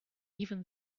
even